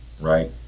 right